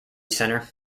centre